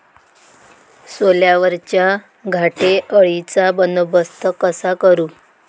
सोल्यावरच्या घाटे अळीचा बंदोबस्त कसा करू?